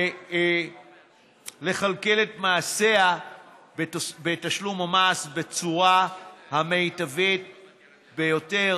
ולכלכל את מעשיה בתשלום המס בצורה המיטבית ביותר.